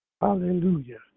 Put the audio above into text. Hallelujah